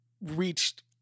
reached